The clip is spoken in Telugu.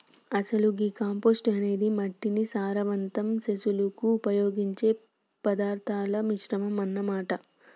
అసలు గీ కంపోస్టు అనేది మట్టిని సారవంతం సెసులుకు ఉపయోగించే పదార్థాల మిశ్రమం అన్న మాట